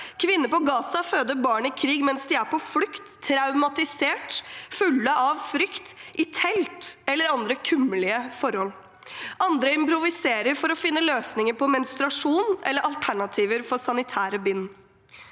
Kvinner i Gaza føder barn i krig mens de er på flukt, traumatisert, fulle av frykt, i telt eller under andre kummerlige forhold. Andre improviserer for å finne løsninger på menstruasjon eller alternativer for sanitære bind.